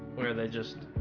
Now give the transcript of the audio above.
where are they just